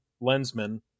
Lensman